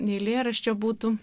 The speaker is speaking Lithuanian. eilėraščio būtų